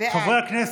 בעד